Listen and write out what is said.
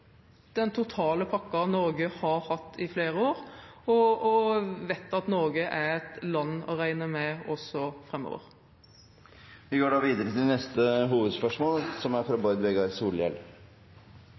den totale pakken Norge har hatt i flere år, og vet at Norge er et land å regne med også framover. Vi går da til neste hovedspørsmål. Mitt spørsmål er